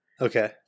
Okay